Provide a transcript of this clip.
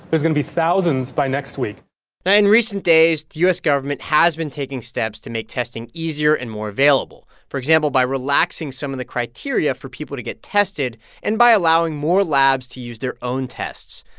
there's going to be thousands by next week now, in recent days, the u s. government has been taking steps to make testing easier and more available for example, by relaxing some of the criteria for people to get tested and by allowing more labs to use their own tests.